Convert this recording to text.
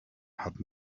had